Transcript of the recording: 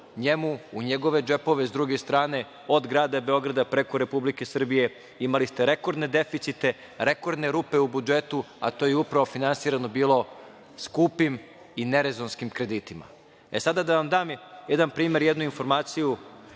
u njegove džepove. S druge strane, od grada Beograda preko Republike Srbije imali ste rekordne deficite, rekordne rupe u budžetu, a to je upravo bilo finansirano skupim i nerezonskim kreditima. Sada da vam dam jedan primer, jednu informaciju,